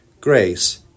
Grace